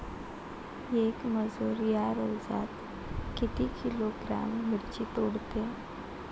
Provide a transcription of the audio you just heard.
येक मजूर या रोजात किती किलोग्रॅम मिरची तोडते?